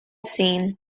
seen